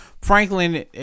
Franklin